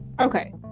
okay